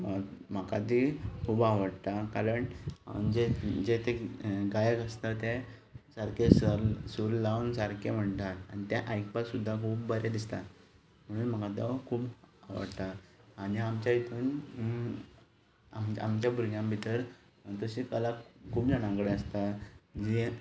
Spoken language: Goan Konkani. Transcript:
म्हाका तीं खूब आवडटा कारण जे जे गायक आसता ते सारके सर सूर लावन सारकें म्हणटात आनी तें आयकपा सुद्दां बरें दिसता म्हणून म्हाका तो खूब आवडटा आनी आमचे हातून आमच्या भुरग्यां भितर तशी कला खूब जाणां कडेन आसा